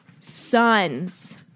sons